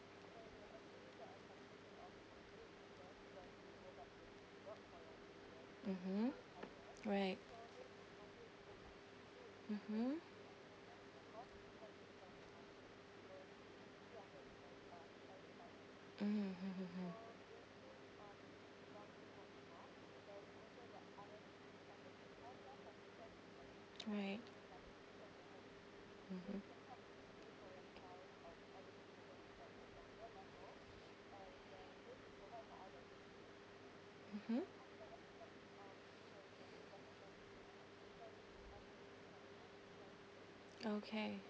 mmhmm right mmhmm mm hmm right mmhmm mmhmm okay